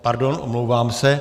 Pardon, omlouvám se.